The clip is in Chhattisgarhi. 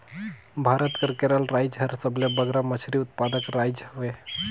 भारत कर केरल राएज हर सबले बगरा मछरी उत्पादक राएज हवे